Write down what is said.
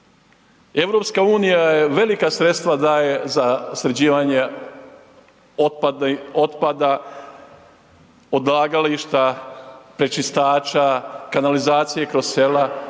pravila. EU je velika sredstva daje za sređivanje otpadni, otpada odlagališta, prečistača, kanalizacije kroz sela,